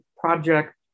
project